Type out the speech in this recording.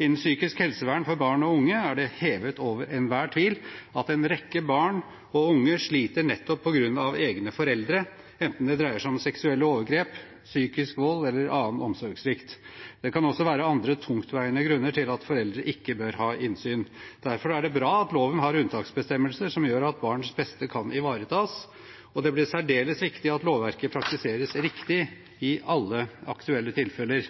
Innen psykisk helsevern for barn og unge er det hevet over enhver tvil at en rekke barn og unge sliter nettopp på grunn av egne foreldre, enten det dreier seg om seksuelle overgrep, psykisk vold eller annen omsorgssvikt. Det kan også være andre tungtveiende grunner til at foreldre ikke bør ha innsyn. Derfor er det bra at loven har unntaksbestemmelser som gjør at barns beste kan ivaretas, og det blir særdeles viktig at lovverket praktiseres riktig i alle aktuelle tilfeller.